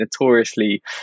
notoriously